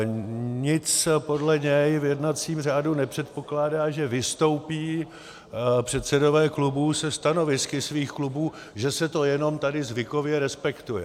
Nic podle něj v jednacím řádu nepředpokládá, že vystoupí předsedové klubů se stanovisky svých klubů, že se to jenom tady zvykově respektuje.